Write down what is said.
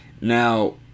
now